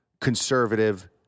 conservative